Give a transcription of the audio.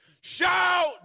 Shout